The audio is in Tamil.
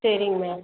சரிங்க மேம்